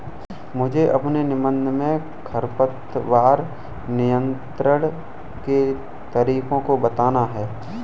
मुझे अपने निबंध में खरपतवार नियंत्रण के तरीकों को बताना है